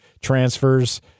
transfers